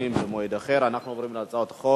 אנחנו עוברים להצעות חוק.